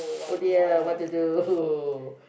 oh dear what to do who